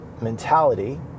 mentality